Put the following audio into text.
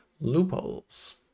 loopholes